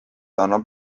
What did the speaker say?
annab